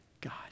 God